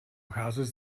houses